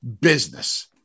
business